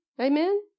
Amen